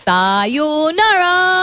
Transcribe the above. Sayonara